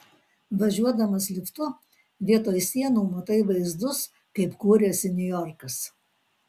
važiuodamas liftu vietoj sienų matai vaizdus kaip kūrėsi niujorkas